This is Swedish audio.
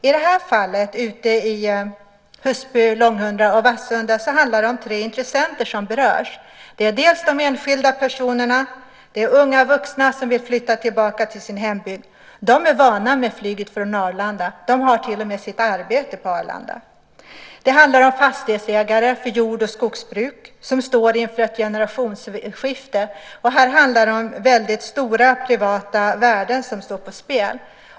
I det här fallet, i Husby-Långhundra och Vassunda, är det tre intressenter som berörs. Det handlar om de enskilda personerna. Det är unga vuxna som vill flytta tillbaka till sin hembygd. De är vana vid flyget från Arlanda. De har till och med sitt arbete på Arlanda. Det handlar om fastighetsägare för jord och skogsbruk, som står inför ett generationsskifte, och här är det väldigt stora privata värden som står på spel.